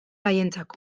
haientzako